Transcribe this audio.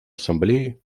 ассамблеи